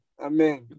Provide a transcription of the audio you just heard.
Amen